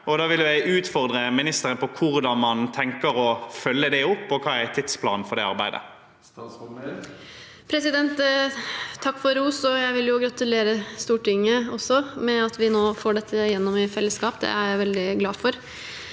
da vil jeg utfordre ministeren på hvordan man tenker å følge det opp, og hva som er tidsplanen for det arbeidet. Statsråd Emilie Mehl Takk for ros, og jeg vil også gratulere Stortinget med at vi nå får dette gjennom i fellesskap. Det er jeg veldig glad for.